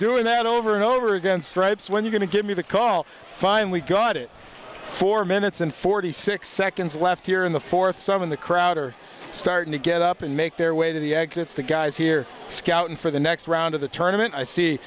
doing that over and over again stripes when you can give me the call finally got it four minutes and forty six seconds left here in the fourth some in the crowd are starting to get up and make their way to the exits the guys here scouting for the next round of the tournament i see